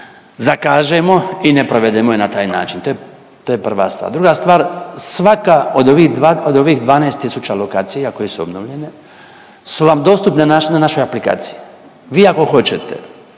zakažemo i ne provedemo je na taj način. To je prva stvar. Druga stvar svaka od ovih, od ovih 12 tisuća lokacija koje su obnovljene su vam dostupne na našoj aplikaciji. Vi ako hoćete